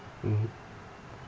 mmhmm